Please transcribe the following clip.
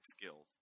skills